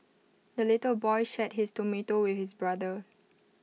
the little boy shared his tomato with his brother